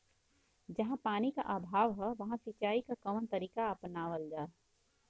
जहाँ पानी क अभाव ह वहां सिंचाई क कवन तरीका अपनावल जा?